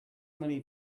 many